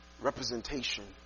representation